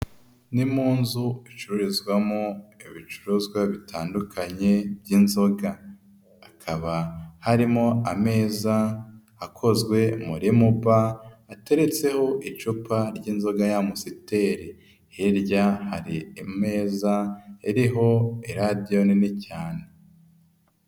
Ni mu nzu icururizwamo ibicuruzwa bitandukanye by'inzoga, akaba harimo ameza akozwe muri mubea ateretseho icupa ry'inzoga ya amusiteri hirya hari ameza iriho iradiyo nini cyane.